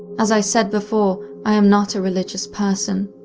as i said before, i am not a religious person.